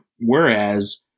Whereas